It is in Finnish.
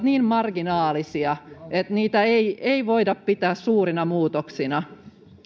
niin marginaalisia että niitä ei ei voida pitää suurina muutoksina